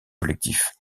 collectif